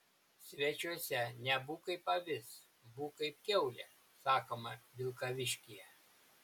svečiuose nebūk kaip avis būk kaip kiaulė sakoma vilkaviškyje